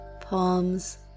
palms